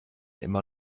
immer